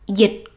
dịch